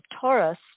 Taurus